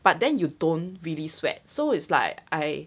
but then you don't really sweat so is like I